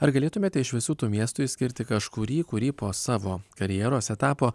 ar galėtumėte iš visų tų miestų išskirti kažkurį kurį po savo karjeros etapo